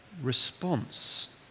response